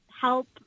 help